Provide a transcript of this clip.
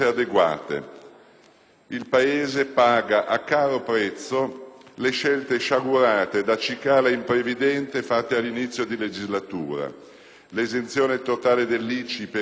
Il Paese paga a caro prezzo le scelte sciagurate, da cicala imprevidente, fatte all'inizio della legislatura: l'esenzione totale dell'ICI per i ceti abbienti